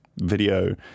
video